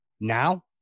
Now